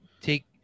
take